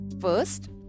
First